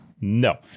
no